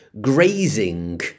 grazing